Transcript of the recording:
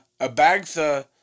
Abagtha